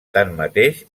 tanmateix